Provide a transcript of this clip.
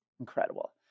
Incredible